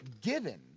given